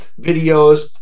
videos